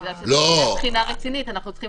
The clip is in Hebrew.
כדי שזו תהיה בחינה רצינית אנחנו צריכים